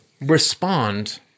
respond